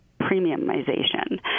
premiumization